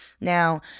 Now